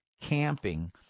camping